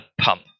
pump